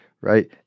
right